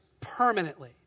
permanently